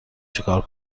چیکار